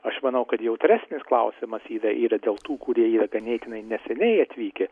aš manau kad jautresnis klausimas yra yra dėl tų kurie yra ganėtinai neseniai atvykę